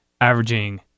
averaging